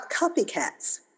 copycats